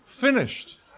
Finished